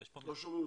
לשיחתנו,